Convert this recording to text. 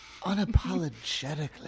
unapologetically